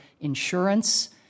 insurance